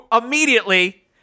immediately